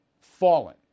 fallen